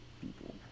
people